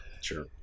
Sure